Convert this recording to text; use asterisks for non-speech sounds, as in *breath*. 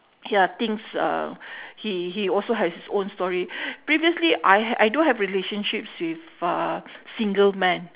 ya things uh *breath* he he also have his own story *breath* previously I h~ I do have relationships with uh single men